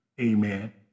amen